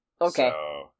Okay